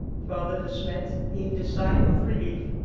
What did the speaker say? father de smet heaved a sigh of relief.